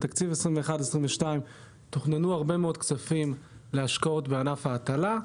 בתקציב 22-21 תוכננו הרבה מאוד כספים להשקעות בענף ההטלה.